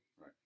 Right